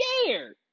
scared